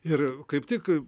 ir kaip tik